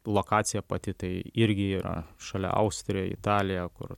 lokacija pati tai irgi yra šalia austrija italija kur